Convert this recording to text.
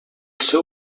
seu